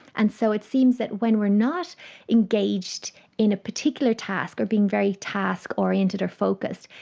and so it seems that when we are not engaged in a particular task or being very task oriented or focused,